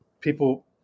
people